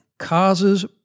causes